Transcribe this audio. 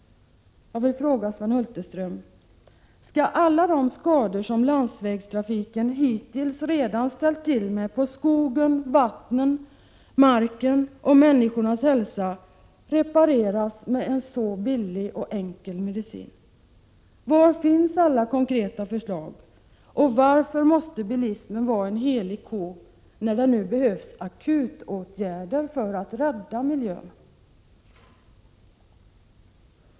Jag vill fråga Sven Hulterström: Skall alla de skador som landsvägstrafiken hittills redan ställt till med på skogen, vattnen, marken och människornas hälsa repareras med en så billig och enkel medicin? Var finns alla konkreta förslag? Och varför måste bilismen vara en helig ko, när det nu behövs akuta åtgärder för att rädda miljön?